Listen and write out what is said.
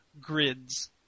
grids